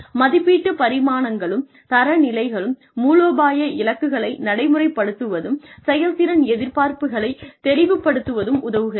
மதிப்பீட்டு பரிமாணங்களும் தரநிலைகளும் மூலோபாய இலக்குகளை நடைமுறைப்படுத்தவும் செயல்திறன் எதிர்பார்ப்புகளைத் தெளிவுபடுத்தவும் உதவுகிறது